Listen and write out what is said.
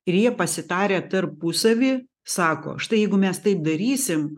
ir jie pasitarę tarpusavy sako štai jeigu mes tai darysim